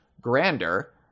grander